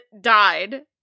died